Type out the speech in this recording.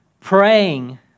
praying